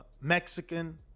Mexican